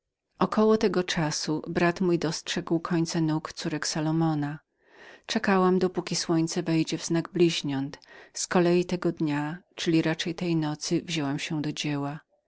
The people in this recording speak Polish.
około tego czasu mój brat dostrzegł końce nóg córek salomona czekałam dopóki słońce wejdzie w znak bliźniąt z kolei tego dnia czyli raczej tej nocy wzięłam się do dzieła